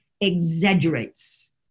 exaggerates